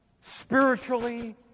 spiritually